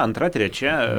antra trečia